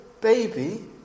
baby